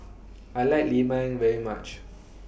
I like Lemang very much